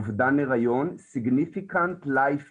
אובדן היריון = significant life event,